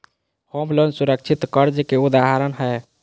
home loan सुरक्षित कर्ज के उदाहरण हय